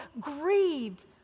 grieved